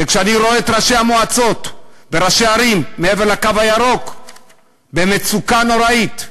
כשאני רואה את ראשי המועצות וראשי הערים מעבר לקו הירוק במצוקה נוראית,